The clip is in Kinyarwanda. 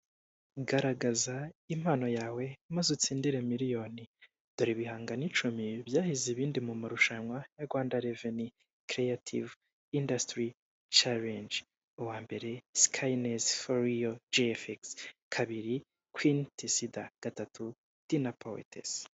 Garagaza impano yawe maze ucitsire miliyoni, dore ibihangano icumi byahize ibindi mu marushanwa ya Rwanda reveni kereyative indasitiri, carenji, uwa mbere sikayineze foriyo birifigisi, kabiri kwini tisida, gatatu dinapowetesi.